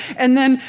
and then,